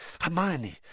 Hermione